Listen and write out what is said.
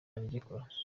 aragikora